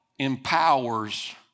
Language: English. empowers